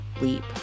leap